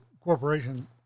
corporation